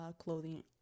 clothing